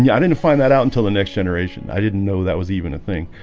yeah didn't find that out until the next generation i didn't know that was even a thing,